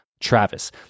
Travis